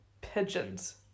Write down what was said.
pigeons